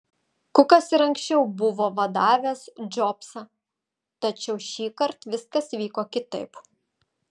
kukas ir anksčiau buvo vadavęs džobsą tačiau šįkart viskas vyko kitaip